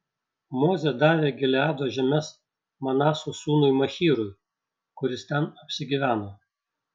mozė davė gileado žemes manaso sūnui machyrui kuris ten apsigyveno